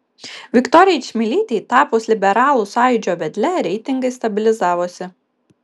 viktorijai čmilytei tapus liberalų sąjūdžio vedle reitingai stabilizavosi